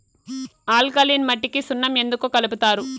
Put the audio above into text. alkaline మట్టికి సున్నం ఎందుకు కలుపుతారు